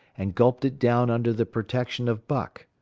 and gulped it down under the protection of buck.